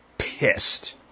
pissed